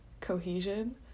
cohesion